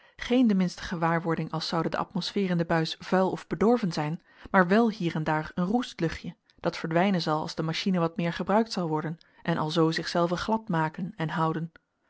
geen de minste gewaarwording als zoude de atmosfeer in de buis vuil of bedorven zijn maar wel hier en daar een roestluchtje dat verdwijnen zal als de machine wat meer gebruikt zal worden en alzoo zichzelve glad maken en houden